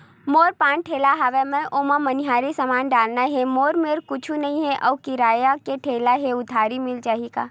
मोर पान ठेला हवय मैं ओमा मनिहारी समान डालना हे मोर मेर कुछ नई हे आऊ किराए के ठेला हे उधारी मिल जहीं का?